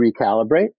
recalibrate